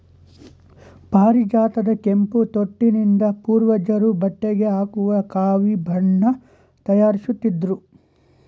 ಪಾರಿಜಾತದ ಕೆಂಪು ತೊಟ್ಟಿನಿಂದ ಪೂರ್ವಜರು ಬಟ್ಟೆಗೆ ಹಾಕುವ ಕಾವಿ ಬಣ್ಣ ತಯಾರಿಸುತ್ತಿದ್ರು